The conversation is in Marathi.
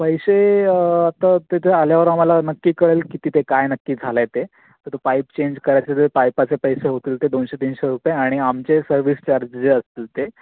पैसे आता तिथे आल्यावर आम्हाला नक्की कळेल की तिथे काय नक्की झाला आहे ते तर तो पाईप चेन्ज करायचं जर पायपाचे पैसे होतील ते दोनशे तीनशे रुपये आणि आमचे सर्विस चार्जेस जे असतील ते